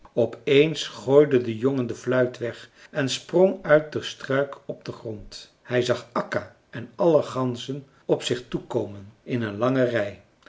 op eens gooide de jongen de fluit weg en sprong uit de struik op den grond hij zag akka en alle ganzen op zich toe komen in een lange rij